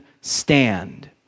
stand